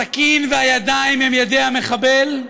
הסכין והידיים הן של המחבל,